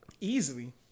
Easily